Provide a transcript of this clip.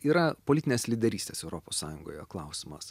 yra politinės lyderystės europos sąjungoje klausimas